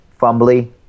fumbly